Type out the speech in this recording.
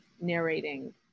narrating